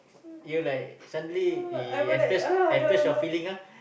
you like suddenly express express your feeling ah